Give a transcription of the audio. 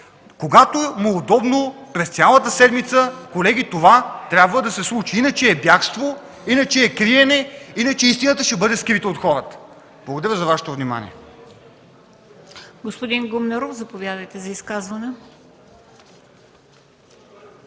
Когато му е удобно – през цялата седмица, колеги, но това трябва да се случи. Иначе е бягство, иначе е криене, иначе истината ще бъде скрита от хората. Благодаря за Вашето внимание.